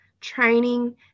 training